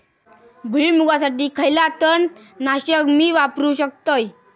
भुईमुगासाठी खयला तण नाशक मी वापरू शकतय?